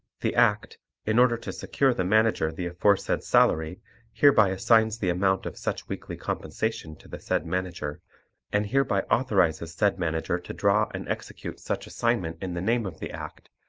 the act in order to secure the manager the aforesaid salary hereby assigns the amount of such weekly compensation to the said manager and hereby authorizes said manager to draw and execute such assignment in the name of the act